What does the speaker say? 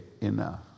enough